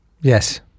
yes